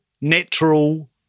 natural